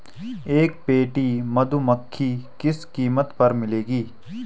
एक पेटी मधुमक्खी किस कीमत पर मिलेगी?